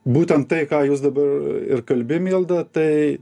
būtent tai ką jūs dabar ir kalbi milda tai